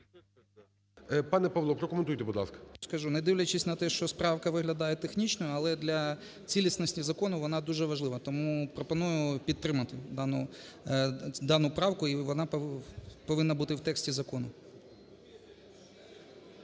Пане Павло, прокоментуйте, будь ласка. 13:50:34 РІЗАНЕНКО П.О. …скажу. Недивлячись на те, що правка виглядає технічною, але для цілісності Закону вона дуже важлива. Тому пропоную підтримати дану правку, і вона повинна бути у тексті Закону.